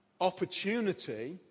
opportunity